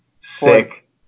sick